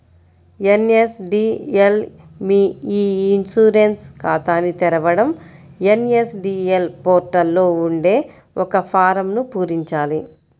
NSDL మీ e insurance ఖాతాని తెరవడం ఎన్.ఎస్.డి.ఎల్ పోర్టల్ లో ఉండే ఒక ఫారమ్ను పూరించాలి